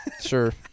Sure